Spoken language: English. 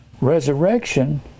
Resurrection